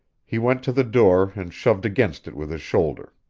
he went to the door and shoved against it with his shoulder.